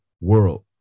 world